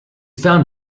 found